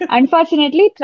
Unfortunately